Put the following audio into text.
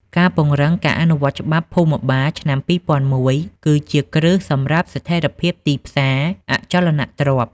ការពង្រឹងការអនុវត្តច្បាប់ភូមិបាលឆ្នាំ ២០០១ គឺជាគ្រឹះសម្រាប់ស្ថិរភាពទីផ្សារអចលនទ្រព្យ។